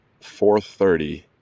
4.30